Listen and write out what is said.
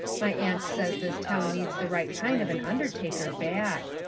my aunt says this town needs the right kind of an undertaker bad.